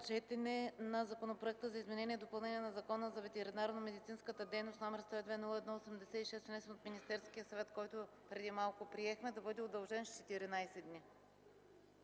четене на Законопроекта за изменение и допълнение на Закона за ветеринарномедицинската дейност, № 102-01-86, внесен от Министерския съвет, който преди малко приехме, да бъде удължен с 14 дни.